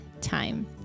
time